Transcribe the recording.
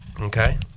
Okay